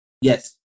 Yes